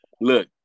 Look